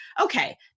Okay